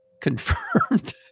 confirmed